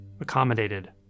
accommodated